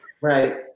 Right